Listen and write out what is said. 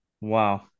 Wow